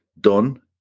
done